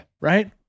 Right